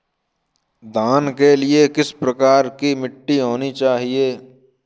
धान के लिए किस प्रकार की मिट्टी होनी चाहिए?